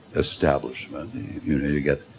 establishment. you know you get,